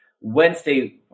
Wednesday